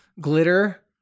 glitter